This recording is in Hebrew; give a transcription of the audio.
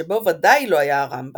שבו ודאי לא היה הרמב"ם,